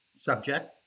subject